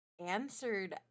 Answered